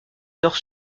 nord